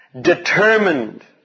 Determined